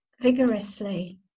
vigorously